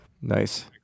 Nice